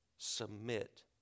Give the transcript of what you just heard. submit